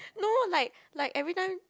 no like like everytime